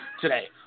today